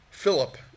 Philip